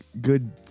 good